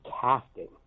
casting